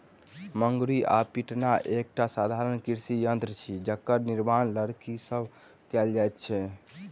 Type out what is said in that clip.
मुंगरी वा पिटना एकटा साधारण कृषि यंत्र अछि जकर निर्माण लकड़ीसँ कयल जाइत अछि